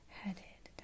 headed